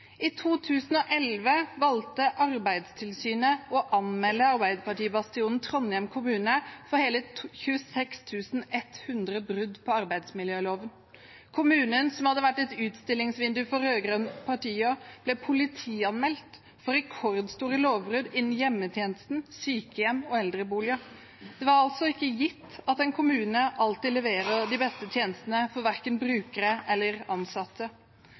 I 2011 valgte Arbeidstilsynet å anmelde Arbeiderparti-bastionen Trondheim kommune for hele 26 100 brudd på arbeidsmiljøloven. Kommunen som hadde vært et utstillingsvindu for rød-grønne partier, ble politianmeldt for rekordstore lovbrudd innen hjemmetjenesten, sykehjem og eldreboliger. Det var altså ikke gitt at en kommune alltid leverer de beste tjenestene for verken brukere eller ansatte.